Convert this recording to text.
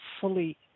fully